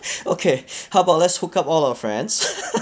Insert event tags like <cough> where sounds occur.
okay how about let's hook up all our friends <laughs>